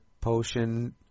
potion